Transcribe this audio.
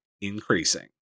increasing